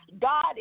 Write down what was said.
God